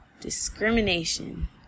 discrimination